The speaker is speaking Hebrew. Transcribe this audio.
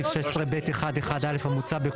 בסעיף 16(ב1)(1)(א) המוצע,